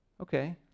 Okay